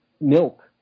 milk